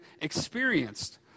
experienced